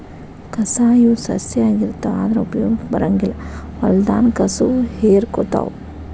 ಕಸಾ ಇವ ಸಸ್ಯಾ ಆಗಿರತಾವ ಆದರ ಉಪಯೋಗಕ್ಕ ಬರಂಗಿಲ್ಲಾ ಹೊಲದಾನ ಕಸುವ ಹೇರಕೊತಾವ